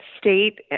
state